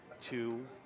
two